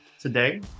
today